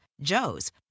Joe's